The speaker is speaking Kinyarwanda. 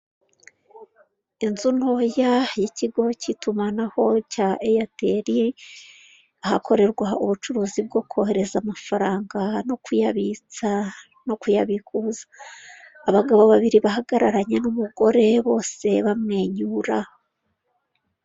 Inzu ntoya y'ikigo cy'itumanaho cya Eyateri, ahakorerwa ubucuruzi bwo kohereza amafaranga, no kuyabitsa, no kuyabikuza. Abagabo babiri bahagararanye n'umugore bose bamwenyura.